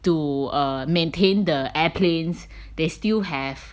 to err maintain the airplanes they still have